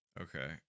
okay